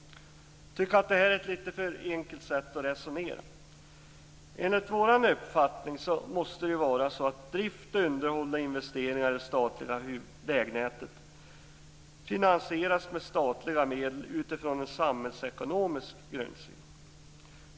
Jag tycker att det är ett litet för enkelt sätt att resonera. Enligt vår uppfattning måste drift, underhåll och investeringar i det statliga vägnätet finansieras med statliga medel utifrån en samhällsekonomisk grundsyn.